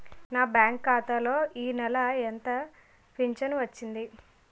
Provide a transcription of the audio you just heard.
నా బ్యాంక్ ఖాతా లో ఈ నెల ఎంత ఫించను వచ్చింది?